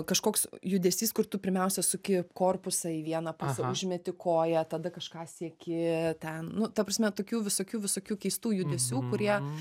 kažkoks judesys kur tu pirmiausia suki korpusą į vieną pusę užmeti koją tada kažką sieki ten nu ta prasme tokių visokių visokių keistų judesių kurie